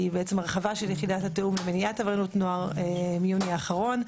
היא בעצם הרחבה של יחידת התיאום למניעת עבריינות נוער מיוני האחרון,